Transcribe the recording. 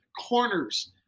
corners